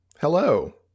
hello